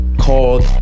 called